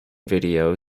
video